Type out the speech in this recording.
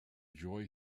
joy